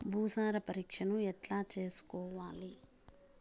భూసార పరీక్షను ఎట్లా చేసుకోవాలి?